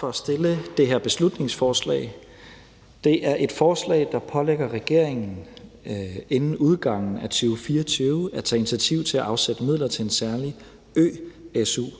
for at fremsætte det her beslutningsforslag. Det er et forslag, der pålægger regeringen inden udgangen af 2024 at tage initiativ til at afsætte midler til en særlig ø-su –